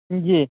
जी